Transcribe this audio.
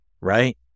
right